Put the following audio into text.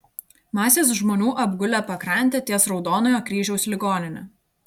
masės žmonių apgulę pakrantę ties raudonojo kryžiaus ligonine